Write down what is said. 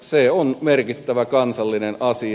se on merkittävä kansallinen asia